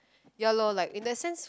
ya lor like in that sense